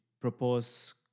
propose